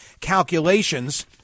calculations